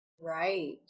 Right